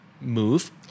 move